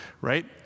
Right